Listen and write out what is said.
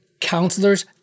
counselors